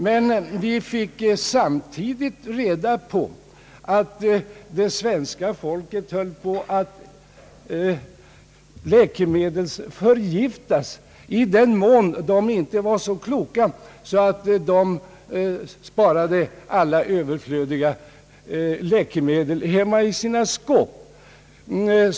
Men vi fick samtidigt reda på att svenska folket höll på att läkemedelsförgiftas i den mån det inte fanns personer, som var så kloka att de sparade alla överflödiga läkemedel hemma i sina skåp.